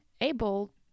able